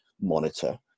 monitor